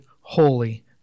holy